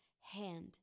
hand